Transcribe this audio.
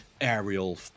aerial